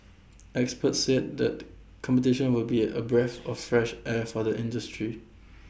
experts said that competition will be A a breath of fresh air for the industry